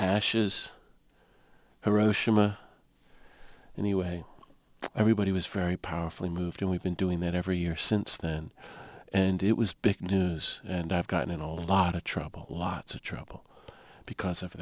ashes hiroshima anyway everybody was very powerfully moved and we've been doing that every year since then and it was big news and i've gotten in a lot of trouble lots of trouble because of